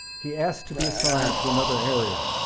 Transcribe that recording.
he asked to be assigned to another area.